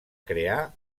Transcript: creà